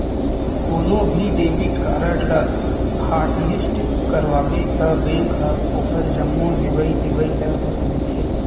कोनो भी debit card ल हॉटलिस्ट करवाबे त बेंक ह ओखर जम्मो लेवइ देवइ ल रोक देथे